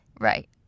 right